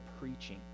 preaching